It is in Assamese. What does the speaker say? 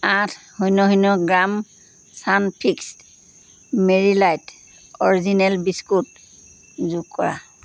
আঠ শূন্য শূন্য gram Sunfeast Marie light original biscuit যোগ কৰা